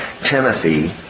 Timothy